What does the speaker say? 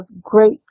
great